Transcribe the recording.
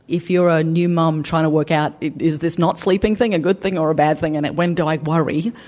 if you're a new mom trying to work out, is this not sleeping thing a good thing or a bad thing, and when do a worry?